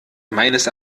meines